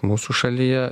mūsų šalyje